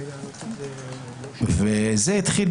זה התחיל